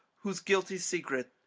whose guilty secret,